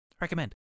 Recommend